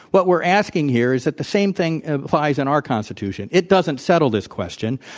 what we're asking here is that the same thing applies in our constitution. it doesn't settle this question.